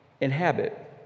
inhabit